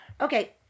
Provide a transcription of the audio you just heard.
Okay